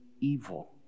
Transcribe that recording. evil